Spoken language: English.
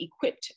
equipped